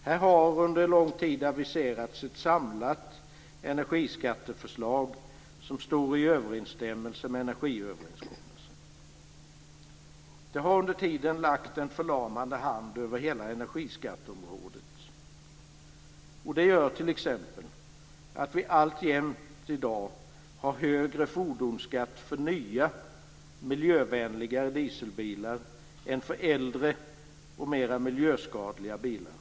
Här har under lång tid aviserats ett samlat energiskatteförslag som står i överensstämmelse med energiöverenskommelsen. Det har under tiden lagt en förlamande hand över hela energiskatteområdet. Det gör t.ex. att vi alltjämt har högre fordonsskatt för nya miljövänligare dieselbilar än för äldre och mera miljöskadliga bilar.